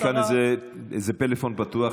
יש כאן איזה פלאפון פתוח,